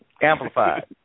Amplified